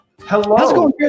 Hello